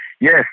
Yes